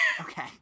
Okay